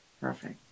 perfect